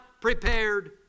prepared